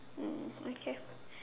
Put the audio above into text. mm okay